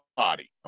body